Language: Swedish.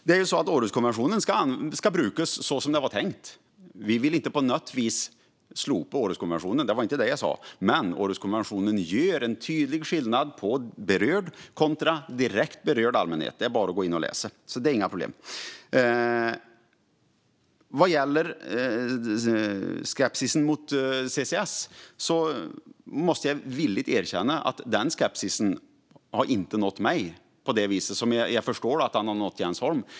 Herr talman! Århuskonventionen ska användas som det var tänkt. Vi vill inte på något vis slopa Århuskonventionen. Det var inte det jag sa. Men i Århuskonventionen görs tydlig skillnad mellan berörd och direkt berörd allmänhet. Det är bara att gå in och läsa. Det är alltså inga problem. Vad gäller skepsisen mot CCS måste jag villigt erkänna att den inte har nått mig på det sätt som jag förstår att den har nått Jens Holm.